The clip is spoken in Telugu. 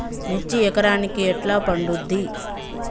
మిర్చి ఎకరానికి ఎట్లా పండుద్ధి?